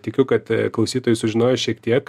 tikiu kad klausytojai sužinojo šiek tiek